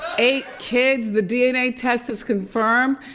eight kids, the dna test has confirmed.